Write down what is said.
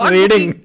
Reading